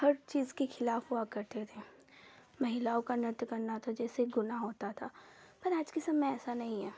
हर चीज के खिलाफ हुआ करते थे महिलाओं का नृत्य करना जैसे गुनाह होता था पर आज के समय ऐसा नहीं है